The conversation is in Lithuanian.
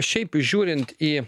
šiaip žiūrint į